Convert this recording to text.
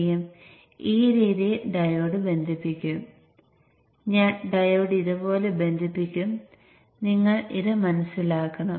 Paul voltage nVin 2 ആണ്